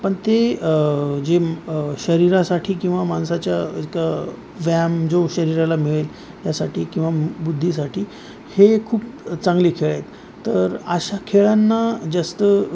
पण ते जे शरीरासाठी किंवा माणसाच्या एक व्यायाम जो शरीराला मिळेल यासाठी किंवा बुद्धीसाठी हे खूप चांगले खेळ आहेत तर अशा खेळांना जास्त